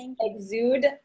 exude